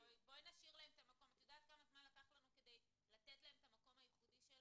ואנחנו נשמח שהם יפתחו את הדלת גם לשאר המחלות.